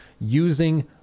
using